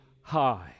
high